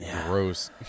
gross